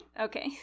Okay